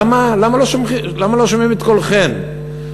למה לא שומעים את קולכן?